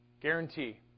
Guarantee